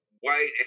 white